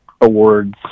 awards